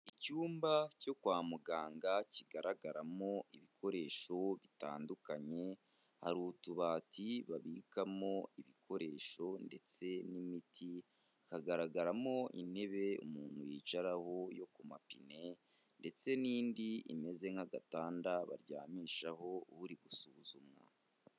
Icyumba cyo kwa muganga kigaragaramo ibikoresho bitandukanye, hari utubati babikamo ibikoresho ndetse n'imiti, hagaragaramo intebe umuntu yicaraho yo ku mapine ndetse n'indi imeze nk'agatanda baryamishaho uri gusuzumwa.